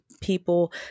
people